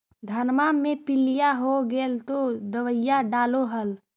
धनमा मे पीलिया हो गेल तो दबैया डालो हल?